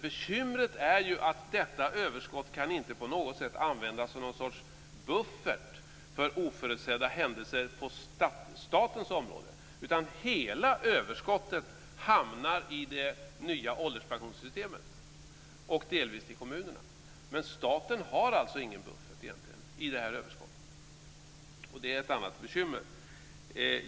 Bekymret är att detta överskott inte på något sätt kan användas som en sorts buffert för oförutsedda händelser på statens område, utan hela överskottet hamnar i det nya ålderspensionssystemet och, delvis, hos kommunerna. Staten har alltså egentligen ingen buffert när det gäller detta överskott, vilket är ett annat bekymmer.